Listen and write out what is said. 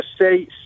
say